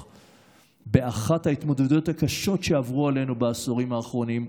באחת ההתמודדויות הקשות שעברו עלינו בעשורים האחרונים,